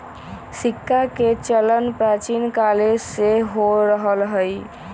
सिक्काके चलन प्राचीन काले से हो रहल हइ